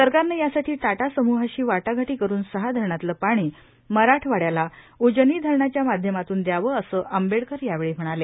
सरकारनं यासाठी यय समूहाशी वायघाटी करून सहा धरणातलं पाणी मराठवाङ्याला उजनी धरणाच्या माध्यमातून द्यावं असं आंबेडकर दावेळी म्हणाले